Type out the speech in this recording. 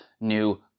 new